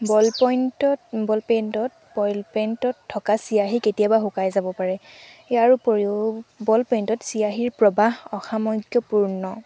বল পইণ্টত বল পেইণ্টত বল পেইণ্টত থকা চিয়াঁহী কেতিয়াবা শুকাই যাব পাৰে ইয়াৰো উপৰিও বল পেইণ্টত চিয়াঁহীৰ প্ৰবাহ অসামঞ্জস্যপূৰ্ণ